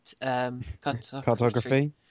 Cartography